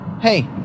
hey